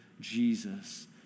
Jesus